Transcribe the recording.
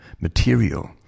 material